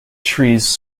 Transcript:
trees